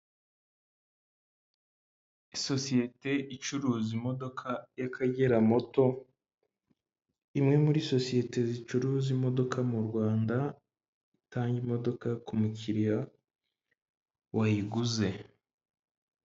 Sosiyete icuruza imodoka y'akagera moto. Imwe muri sosiyete zicuruza imodoka mu Rwanda, itanga imodoka ku mukiriya wayiguze.